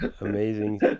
amazing